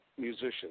musicians